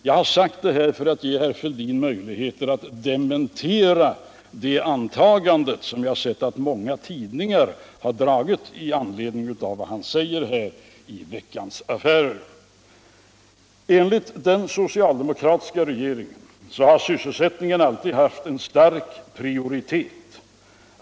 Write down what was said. Jag nämner det här för att ge herr Fälldin möjligheter att dementera det antagande som jag sett att många tidningar har gjort i anledning av vad horr Fälldin säger i Veckans Aftfärer. Den socialdemokratiska regeringen har alltid starkt prioriterat sysselsättningen.